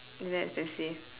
it's very expensive